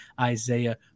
Isaiah